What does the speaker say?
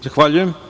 Zahvaljujem.